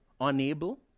unable